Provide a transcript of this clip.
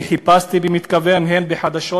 וחיפשתי במתכוון הן בחדשות,